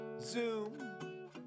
Zoom